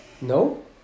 No